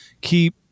keep